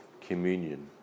communion